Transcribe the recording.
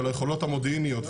של היכולות המודיעיניות,